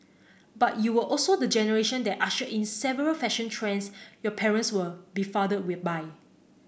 but you were also the generation that ushered in several fashion trends your parents were befuddled by